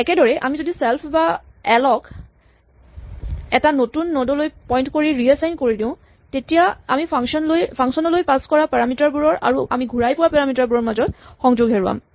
একেদৰেই আমি যদি চেল্ফ বা এল ক যদি এটা নতুন নড লৈ পইন্ট কৰি ৰিএচাইন কৰি দিওঁ তেতিয়া আমি ফাংচন লৈ পাছ কৰা পাৰামিটাৰ বোৰৰ আৰু আমি ঘূৰাই পোৱা পাৰামিটাৰবোৰৰ মাজত সংযোগ হেৰুৱাম